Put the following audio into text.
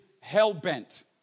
hell-bent